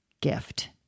gift